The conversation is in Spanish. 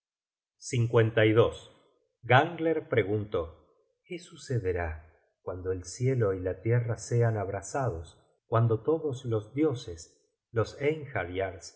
dará la batalla gangler preguntó qué sucederá cuan do el cielo y la tierra sean abrasados cuando todos los dioses los